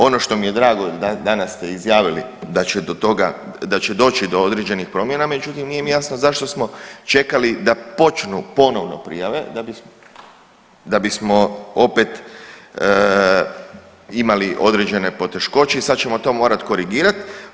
Ono što mi je drago danas ste izjavili da će do toga, da će doći do određenih promjena, međutim nije mi jasno zašto smo čekali da počnu ponovno prijave da bismo opet imali određene poteškoće i sad ćemo to morat korigirat.